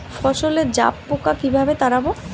ফসলে জাবপোকা কিভাবে তাড়াব?